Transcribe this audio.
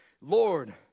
Lord